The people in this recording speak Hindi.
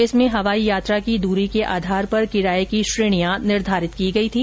इसमें हवाई यात्रा की दूरी के आधार पर किराए की श्रेणियां निर्धारित की गई थी